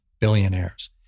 billionaires